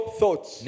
thoughts